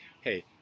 Hey